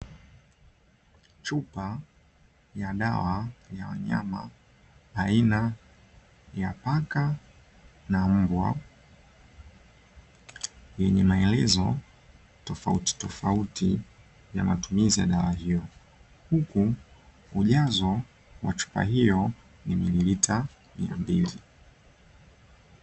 Chupa ya dawa ya wanyama aina ya paka na mbwa, yenye maelezo tofauti tofauti ya matumizi ya dawa hiyo. Huku ujazo wa dawa hiyo ni mililita mia mbili.